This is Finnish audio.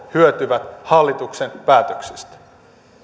hyötyvät hallituksen päätöksistä